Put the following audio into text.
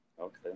Okay